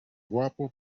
guapo